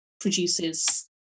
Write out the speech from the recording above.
produces